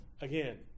Again